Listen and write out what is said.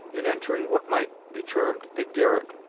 in entering what might be termed the garret.